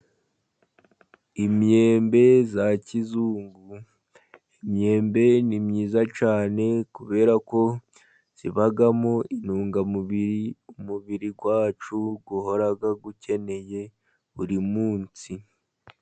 Imyembe ya kizungu, imyembe ni myiza cyane, kubera ko ibamo intungamubiri, umubiri wacu uhora ukeneye buri munsi.